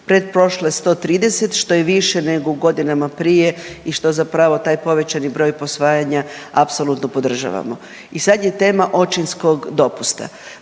pretprošle 130 što je više nego u godinama prije i što zapravo taj povećani broj posvajanja apsolutno podržavamo i sad je tema očinskog dopusta.